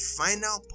final